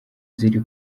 ziri